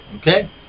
Okay